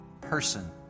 person